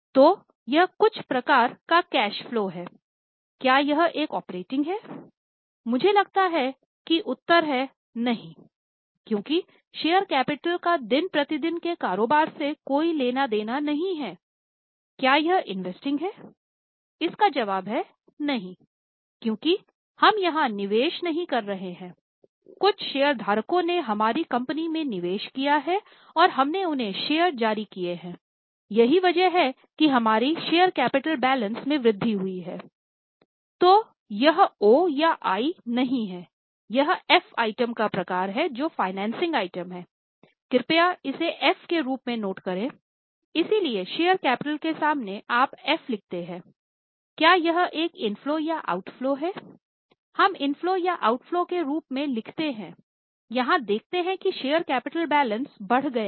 तो यह कुछ प्रकार का कैश फलो है क्या यह एक ऑपरेटिंग बढ़ गया है